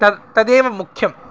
तत् तदेव मुख्यम्